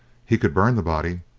he could burn the body,